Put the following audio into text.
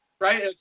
right